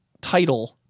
title